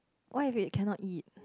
why if it cannot eat